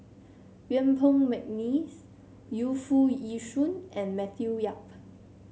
Yuen Peng McNeice Yu Foo Yee Shoon and Matthew Yap